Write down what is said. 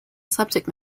subject